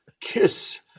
kiss